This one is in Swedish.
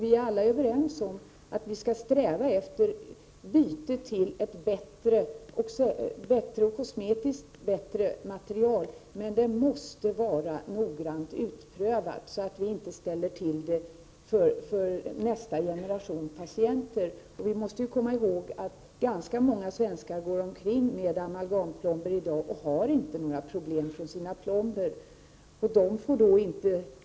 Vi är alla överens om att vi skall sträva efter byte till ett annat och kosmetiskt bättre material. Men det måste var noggrant utprövat, så att vi inte ställer till det för nästa generation patienter. Vi måste ju komma ihåg att ganska många svenskar går omkring med amalgamplomber i dag utan att ha några problem från sina plomber.